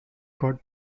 got